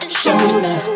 shoulder